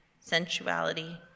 sensuality